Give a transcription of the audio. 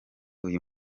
uyu